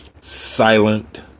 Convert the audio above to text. silent